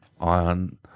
on